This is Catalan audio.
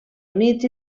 units